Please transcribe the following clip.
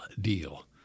deal